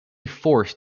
forced